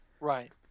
Right